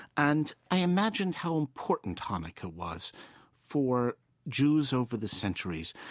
and i imagined how important hanukkah was for jews over the centuries,